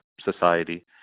society